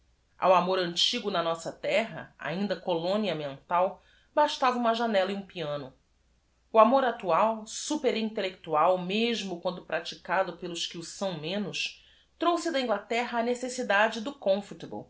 o amor antigo na nossa terra ainda colônia mental bastava uma j a nella e um piano amor actual s u p e r i n t e l l e c t u a l mesmo quando praticados pelos que o são menos trouxe da nglaterra a necessidade do